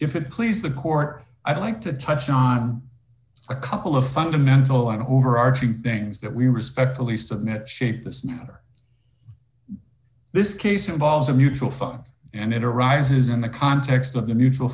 if it please the court i'd like to touch on a couple of fundamental and overarching things that we respectfully submit shaped this other this case involves a mutual fund and it arises in the context of the mutual